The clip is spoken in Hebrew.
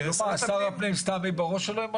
אבל מה, שר הפנים סתם ימנה את מי שבראש שלו?